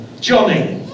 Johnny